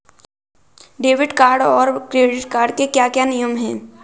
Debit card और credit card के क्या क्या नियम हैं?